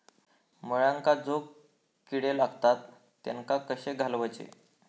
मुळ्यांका जो किडे लागतात तेनका कशे घालवचे?